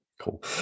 Cool